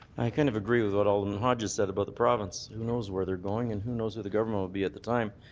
i kind of agree with what alderman hodges said about the province. who knows where they're going and who knows who the government will be at the time.